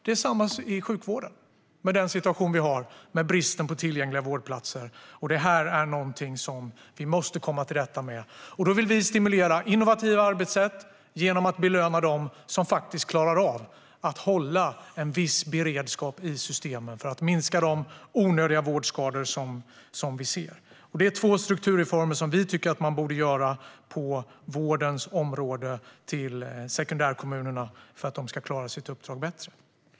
Det är samma sak i sjukvården med den situation vi har med bristen på tillgängliga vårdplatser. Det här är någonting som vi måste komma till rätta med. Vi vill stimulera innovativa arbetssätt genom att belöna dem som klarar av att hålla en beredskap i systemen för att minska de onödiga vårdskador som vi ser. Det är två strukturreformer som vi tycker att man borde göra på vårdens område för att sekundärkommunerna ska klara sitt uppdrag bättre.